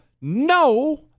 no